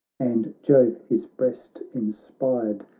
and jove his breast in spired.